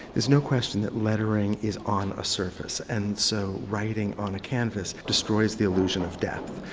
there's no question that lettering is on a surface and so writing on a canvas destroys the illusion of depth.